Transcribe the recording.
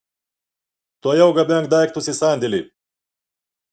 tuojau gabenk daiktus į sandėlį